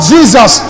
Jesus